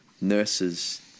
nurses